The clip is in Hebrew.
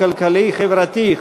הכלכלי והחברתי,